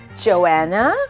Joanna